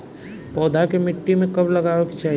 पौधा के मिट्टी में कब लगावे के चाहि?